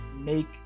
make